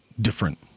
different